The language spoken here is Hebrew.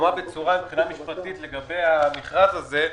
בחומה בצורה מבחינה משפטית לגבי המכרז הזה,